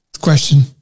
question